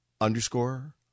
underscore